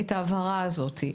ההבהרה הזאת.